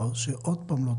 אולי צריך לעבות